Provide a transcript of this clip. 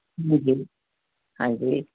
ਜੀ ਜੀ ਹਾਂਜੀ